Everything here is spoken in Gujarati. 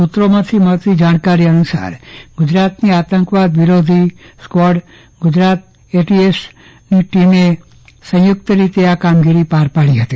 સુત્રોમાંથી મળતી જાણકારી અનુસાર ગુજરાતની આતંકવાદ વિરોધી સ્કવોડ ગુજરાત એટીએસની ટીમે આ કામગીરી પાર પાડી હતી